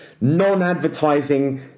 non-advertising